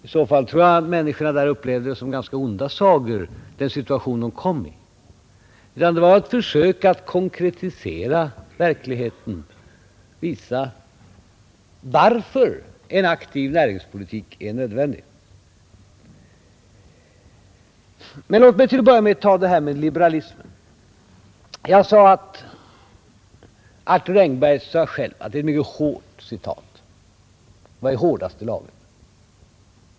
I så fall tror jag att människorna där uppe upplevde den situation de kom i som ganska onda sagor. Det var ett försök från min sida att konkretisera, ge verkligheten, visa varför en aktiv näringspolitik är nödvändig. Men låt mig till att börja med ta upp resonemanget om liberalismen. Jag yttrade att Arthur Engberg sade själv att det var mycket hårt. Det var i hårdaste laget.